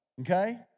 okay